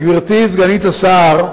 גברתי סגנית השר,